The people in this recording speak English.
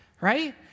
right